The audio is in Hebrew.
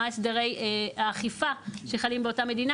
מה הסדרי האכיפה שחלים באותה מדינה?